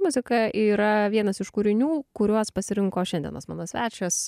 muzika yra vienas iš kūrinių kuriuos pasirinko šiandienos mano svečias